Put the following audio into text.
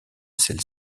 celle